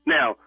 Now